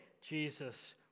Jesus